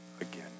again